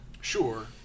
Sure